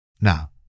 Now